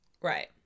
right